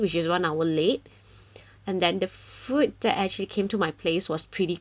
which is one hour late and then the food that actually came to my place was pretty